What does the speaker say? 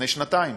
לפני שנתיים.